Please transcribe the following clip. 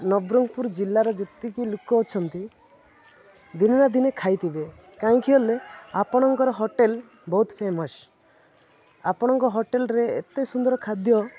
ନବରଙ୍ଗପୁର ଜିଲ୍ଲାର ଯେତିକି ଲୋକ ଅଛନ୍ତି ଦିନ ନା ଦିନେ ଖାଇଥିବେ କାହିଁକି ହେଲେ ଆପଣଙ୍କର ହୋଟେଲ ବହୁତ ଫେମସ୍ ଆପଣଙ୍କ ହୋଟେଲରେ ଏତେ ସୁନ୍ଦର ଖାଦ୍ୟ